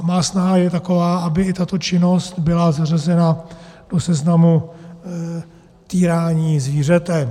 Má snaha je taková, aby i tato činnost byla zařazena do seznamu týrání zvířete.